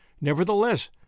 Nevertheless